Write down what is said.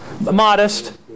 modest